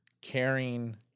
caring